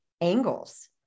angles